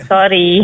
Sorry